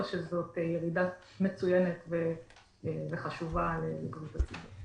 או שזאת ירידה מצוינת וחשובה לבריאות הציבור.